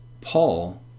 Paul